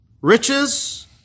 riches